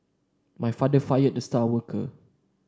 my father fired the star worker